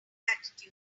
attitude